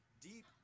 deep